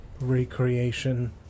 recreation